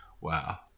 Wow